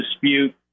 dispute